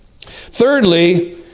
Thirdly